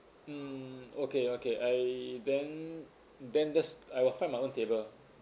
mm okay okay I then then there's I will find my own table